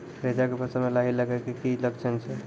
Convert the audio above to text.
रैचा के फसल मे लाही लगे के की लक्छण छै?